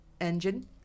engine